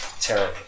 Terrible